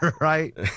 right